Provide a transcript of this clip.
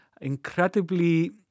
incredibly